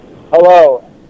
Hello